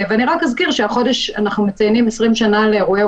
ואני רק אזכיר שהחודש אנחנו מציינים 20 שנה לאירועי